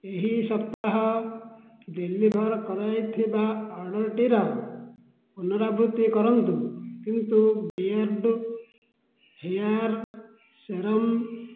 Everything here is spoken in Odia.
ଏହି ସପ୍ତାହ ଡେଲିଭର୍ କରାଯାଇଥିବା ଅର୍ଡ଼ର୍ଟିର ପୁନରାବୃତ୍ତି କରନ୍ତୁ କିନ୍ତୁ ବେୟର୍ଡ଼ୋ ହେୟାର୍ ସେରମ୍